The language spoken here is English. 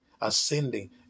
ascending